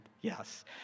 yes